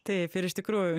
taip ir iš tikrųjų